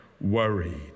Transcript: worried